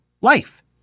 life